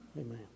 Amen